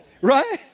right